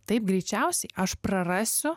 taip greičiausiai aš prarasiu